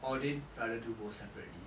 or they rather do both separately